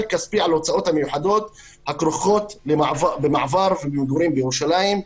כספי על ההוצאות המיוחדות שכרוכות במעבר ומגורים בירושלים,